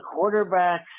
quarterbacks